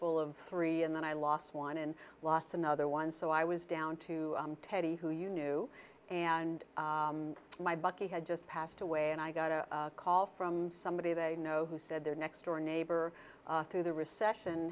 houseful of three and then i lost one and lost another one so i was down to teddy who you knew and my buddy had just passed away and i got a call from somebody they know who said their next door neighbor through the recession